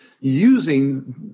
using